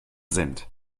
sind